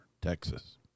Texas